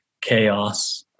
chaos